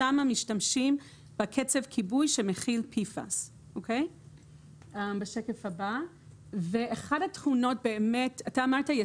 שם משתמשים בקצף כיבוי שמכיל PFAS. אתה אמרת חומרים